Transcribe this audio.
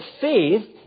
faith